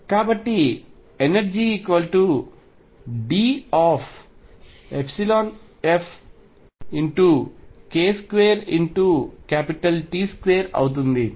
కాబట్టి energy DFk2T2 అవుతుంది